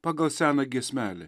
pagal seną giesmelę